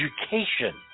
education